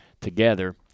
together